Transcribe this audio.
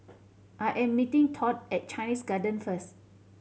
I am meeting Todd at Chinese Garden first